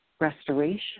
restoration